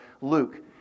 Luke